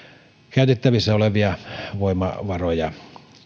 käytettävissä olevia voimavaroja